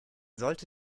sollte